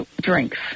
drinks